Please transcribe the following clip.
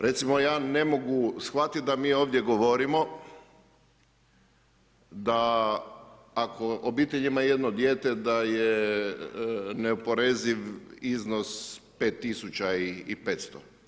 Recimo ja ne mogu, shvatiti da mi ovdje govorimo, da ako obitelj ima jedno dijete, da je neoporeziv iznos 5500.